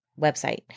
website